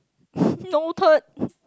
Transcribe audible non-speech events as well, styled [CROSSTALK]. [LAUGHS] noted